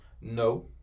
No